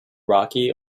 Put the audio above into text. rocky